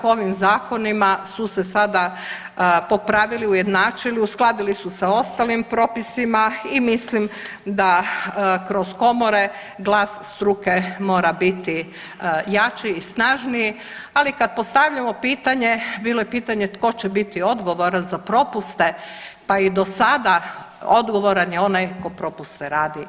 Ovim zakonima su se sada popravili, ujednačili, uskladili su sa ostalim propisima i mislim da kroz komore glas struke mora biti jači i snažniji, ali kad postavljamo pitanje bilo je pitanje tko će biti odgovoran za propuse pa i do sada odgovoran je onaj tko propuste radi.